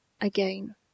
again